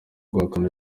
guhakana